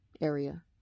area